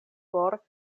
for